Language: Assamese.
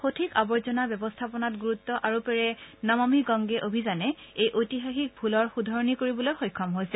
সঠিক আৱৰ্জনা ব্যৱস্থাপনাত গুৰুত্ব আৰোপেৰে নমামি গংগে অভিযানে এই ঐতিহাসিক ভূলৰ শুধৰণি কৰিবলৈ সক্ষম হৈছে